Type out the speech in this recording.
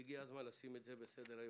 והגיע הזמן לשים את זה על סדר-היום.